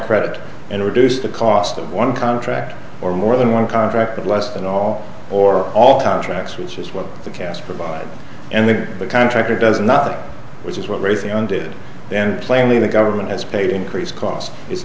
credit and reduce the cost of one contract or more than one contract at less than all or all contracts which is what the cast provide and the contractor does not which is what raytheon did and plainly the government has paid increased costs it's